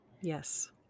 Yes